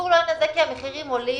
זה הכול.